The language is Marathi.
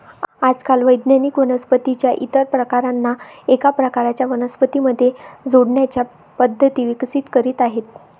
आजकाल वैज्ञानिक वनस्पतीं च्या इतर प्रकारांना एका प्रकारच्या वनस्पतीं मध्ये जोडण्याच्या पद्धती विकसित करीत आहेत